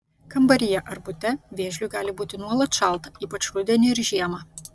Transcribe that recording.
kambaryje ar bute vėžliui gali būti nuolat šalta ypač rudenį ir žiemą